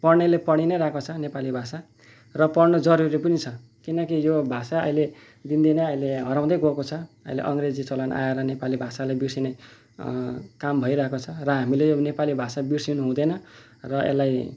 र पढ्नेले पढि नै रहेको छ नेपाली भाषा र पढ्नु जरुरी पनि छ किनकि यो भाषा अहिले दिन दिनै अहिले हराउँदै गएको छ अहिले अङ्ग्रेजी चलन आएर नेपाली भाषालाई बिर्सने काम भइरहेको छ र हामीले यो नेपाली भाषा बिर्सनु हुँदैन र यसलाई